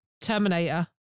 Terminator